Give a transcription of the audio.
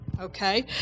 Okay